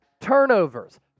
turnovers